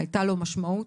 הייתה לו משמעות,